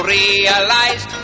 realize